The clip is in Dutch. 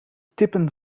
tippen